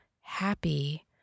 happy